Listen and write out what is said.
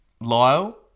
Lyle